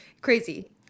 Crazy